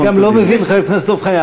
אני גם לא מבין, חבר הכנסת דב חנין.